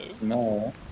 No